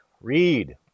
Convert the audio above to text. Read